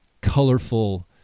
colorful